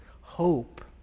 hope